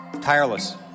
tireless